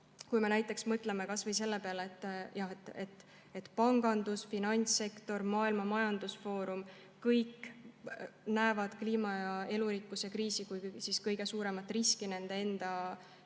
suurt survet. Mõtleme kas või selle peale, et pangandus, finantssektor, Maailma Majandusfoorum – kõik nad näevad kliima- ja elurikkuse kriisi kui kõige suuremat riski nende enda